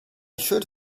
should